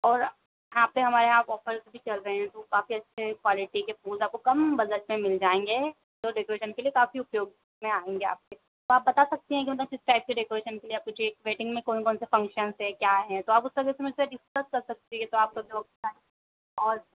और यहाँ पर हमारे यहाँ ऑफ़र्स भी चल रहे हैं काफी अच्छी क्वालिटी के फूल आपको कम बजट में मिल जाएंगे जो डेकोरेशन के लिए काफी उपयोग में आएंगे आपके आप बता सकती हैं कि मतलब किस टाइप के डेकोरेशन के लिए आपको चाहिए वेडिंग में कौन कौन सा फ़ंक्शंस है क्या है तो आप वो सब हमसे डिस्कस कर सकती हैं तो आप तो दोस्त हैं और